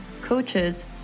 coaches